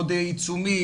עוד עיצומים,